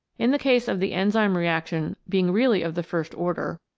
in the case of the enzyme reaction being really of the first order,